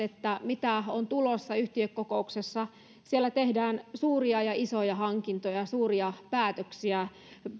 mitä on tulossa yhtiökokouksessa siellä tehdään suuria ja isoja hankintoja suuria päätöksiä